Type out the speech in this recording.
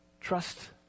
trust